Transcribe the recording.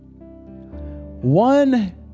One